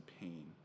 pain